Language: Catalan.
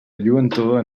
lluentor